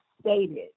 stated